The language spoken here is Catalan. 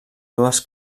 dues